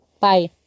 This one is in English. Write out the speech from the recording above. Bye